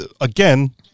again